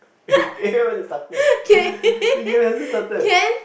the game hasn't even started the game hasn't started